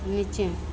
नीचे